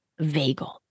vagal